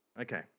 Okay